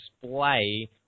display